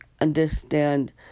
understand